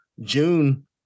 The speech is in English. June